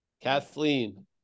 Kathleen